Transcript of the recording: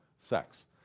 sex